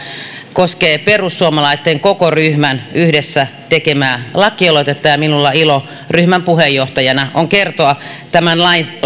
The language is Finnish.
koskee perussuomalaisten koko ryhmän yhdessä tekemää lakialoitetta ja minulla on ilo ryhmän puheenjohtajana kertoa tämän